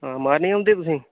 हां मारने ई औंदे तुसें ई